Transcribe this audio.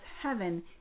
heaven